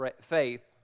faith